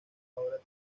ahora